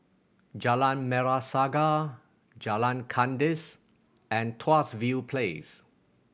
Jalan Merah Saga Jalan Kandis and Tuas View Place